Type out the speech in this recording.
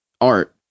art